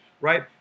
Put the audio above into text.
right